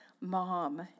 mom